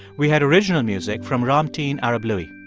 we had original music from ramtin arablouei.